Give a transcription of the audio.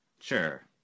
Sure